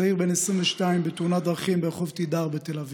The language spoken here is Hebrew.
צעיר בן 22 בתאונת דרכים ברחוב תדהר בתל אביב,